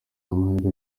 amahirwe